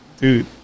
Dude